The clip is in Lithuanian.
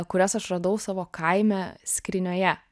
kurias aš radau savo kaime skrynioje